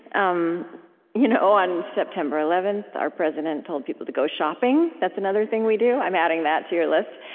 um you know on september eleven, our president told people to go shopping that's another thing we do i'm adding that to your list.